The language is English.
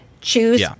choose